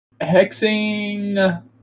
Hexing